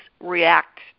react